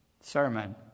sermon